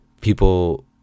People